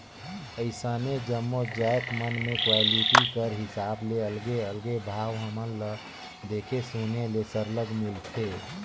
अइसने जम्मो जाएत मन में क्वालिटी कर हिसाब ले अलगे अलगे भाव हमन ल देखे सुने ले सरलग मिलथे